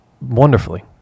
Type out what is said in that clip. wonderfully